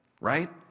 Right